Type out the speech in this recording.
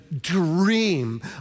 dream